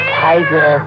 tiger